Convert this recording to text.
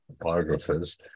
biographers